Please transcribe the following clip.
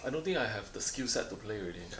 I don't think I have the skill set to play already